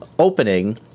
opening